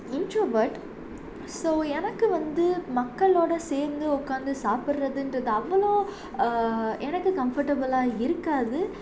introvert so எனக்கு வந்து மக்களோடு சேர்ந்து உட்காந்து சாப்பிட்றதுன்றது அவ்வளோ எனக்கு கம்ஃபர்டபிளாக இருக்காது